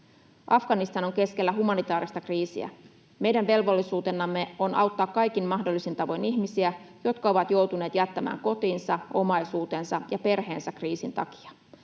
Afganistan on keskellä humanitaarista kriisiä. Meidän velvollisuutenamme on auttaa kaikin mahdollisin tavoin ihmisiä, jotka ovat joutuneet jättämään kotinsa, omaisuutensa ja perheensä kriisin takia.